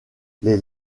les